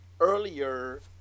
earlier